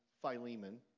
Philemon